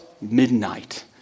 midnight